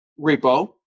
repo